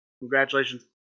Congratulations